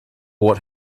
what